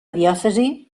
diòcesi